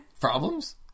Problems